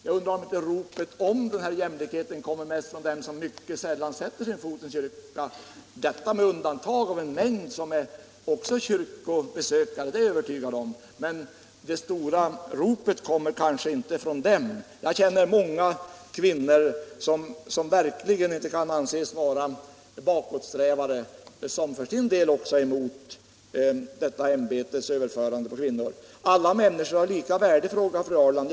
Jag undrar om inte ropet på jämlikhet mest kommer från dem som mycket sällan sätter sin fot i en kyrka; många är väl kyrkobesökare, men det stora ropet kommer kanske inte från dem. Jag känner många kvinnor som verkligen inte kan anses vara bakåtsträvare men som för sin del är emot prästämbetets överförande på kvinnor. Alla människor har lika värde, säger fru Ahrland.